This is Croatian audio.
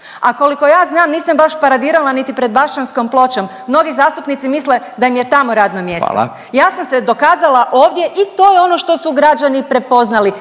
A koliko ja znam, nisam baš paradirala niti pred Bašćanskom pločom, mnogi zastupnici misle da im je tamo radno mjesto. .../Upadica: Hvala./... Ja sam se dokazala ovdje i to je ono što su građani prepoznali,